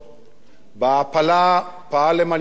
בהעפלה פעל למען יהדות בולגריה.